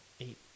eight